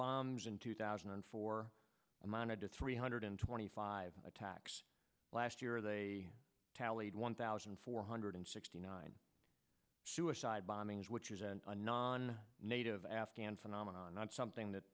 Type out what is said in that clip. bombs in two thousand and four amounted to three hundred twenty five attacks last year they tallied one thousand four hundred sixty nine suicide bombings which isn't a non native afghan phenomenon not something that